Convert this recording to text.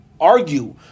argue